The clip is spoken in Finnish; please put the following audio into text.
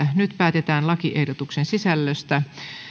nyt päätetään lakiehdotuksen sisällöstä